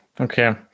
Okay